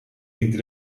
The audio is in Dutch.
die